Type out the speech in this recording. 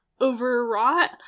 overwrought